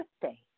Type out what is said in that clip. birthday